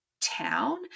town